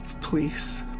Please